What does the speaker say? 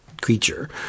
creature